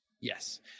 Yes